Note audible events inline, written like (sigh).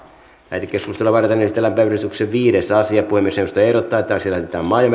lähetekeskustelua varten esitellään päiväjärjestyksen viides asia puhemiesneuvosto ehdottaa että asia lähetetään maa ja (unintelligible)